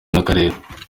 n’akarere